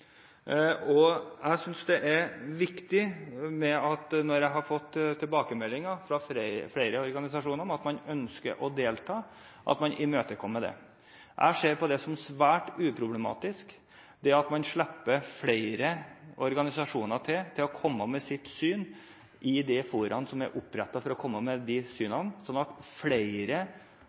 Når jeg har fått tilbakemeldinger fra flere organisasjoner om at man ønsker å delta, synes jeg det er viktig at man imøtekommer det. Jeg ser det som svært uproblematisk at man slipper flere organisasjoner til for å komme med sitt syn i de foraene som er opprettet for å komme med de synene, sånn at flere